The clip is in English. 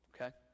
Okay